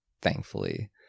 thankfully